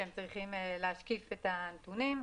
שהם צריכים לשקף את הנתונים.